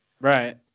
Right